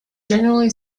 generally